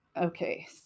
Okay